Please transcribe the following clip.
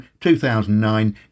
2009